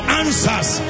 answers